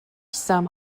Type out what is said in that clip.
some